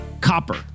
Copper